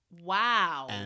Wow